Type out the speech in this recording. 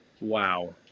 wow